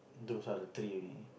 those are the three you need